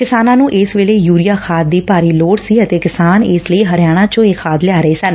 ਕਿਸਾਨਾਂ ਨੂੰ ਇਸ ਵੇਲੇ ਯੂਰੀਆ ਖਾਦ ਦੀ ਭਾਰੀ ਲੋੜ ਸੀ ਅਤੇ ਕਿਸਾਨ ਇਸ ਲਈ ਹਰਿਆਣਾ ਚੋਂ ਇਹ ਖਾਦ ਲਿਆ ਰਹੇ ਸਨ